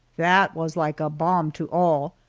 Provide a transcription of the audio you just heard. that was like a bomb to all,